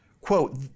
quote